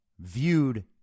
viewed